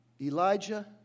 Elijah